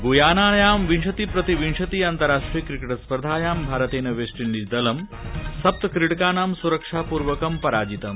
ग्यानाया विंशतिः प्रति विंशति अन्ताराष्ट्रिय क्रिकेट् स्पर्धायां भारतेन वेस्टइण्डीजदलं सप्तक्रीडकाणां सुरक्षापूर्वकं पराजितम्